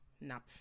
Nap